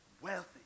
wealthy